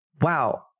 wow